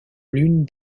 l’une